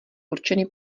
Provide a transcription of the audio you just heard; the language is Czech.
určeny